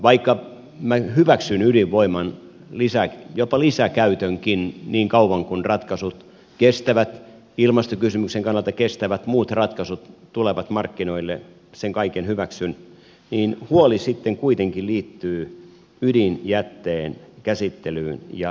vaikka minä hyväksyn ydinvoiman jopa lisäkäytönkin niin kauan kuin ilmastokysymyksen kannalta kestävät muut ratkaisut tulevat markkinoille sen kaiken hyväksyn niin huoli sitten kuitenkin liittyy ydinjätteen käsittelyyn ja loppusijoittamiseen